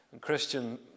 Christian